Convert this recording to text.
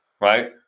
Right